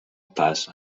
pas